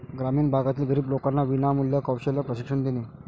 ग्रामीण भागातील गरीब लोकांना विनामूल्य कौशल्य प्रशिक्षण देणे